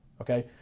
Okay